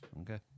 Okay